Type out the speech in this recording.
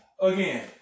again